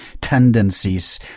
tendencies